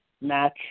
match